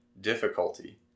difficulty